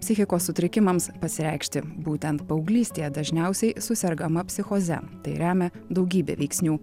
psichikos sutrikimams pasireikšti būtent paauglystėje dažniausiai susergama psichoze tai remia daugybė veiksnių